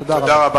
תודה רבה.